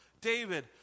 David